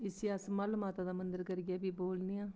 इस्सी अस मल्ल माता दा मंदर करियै बी बोलने आं